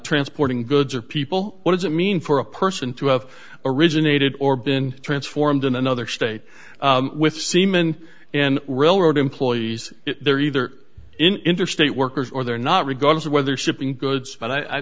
transporting goods or people what does it mean for a person to have originated or been transformed in another state with semen and railroad employees there either interstate workers or they're not regardless of whether shipping goods but i